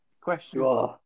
Question